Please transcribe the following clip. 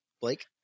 Blake